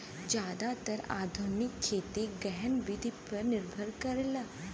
जादातर आधुनिक खेती गहन विधि पर निर्भर करला